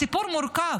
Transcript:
הסיפור מורכב.